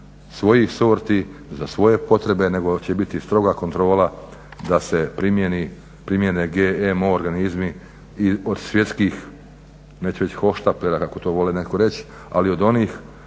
svojih sorti za svoje potrebe nego da će biti stroga kontrola da se primjene GMO organizmi i od svjetskih, neću reći … kako to vole neki reći, ali od onih